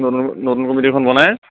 নতুন নতুন কমিটি এখন বনায়